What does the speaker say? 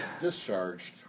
discharged